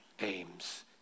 aims